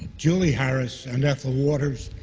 julie harris and ethel waters,